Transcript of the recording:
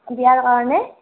বিয়াৰ কাৰণে